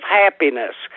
happiness